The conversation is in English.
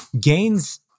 Gains